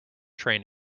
train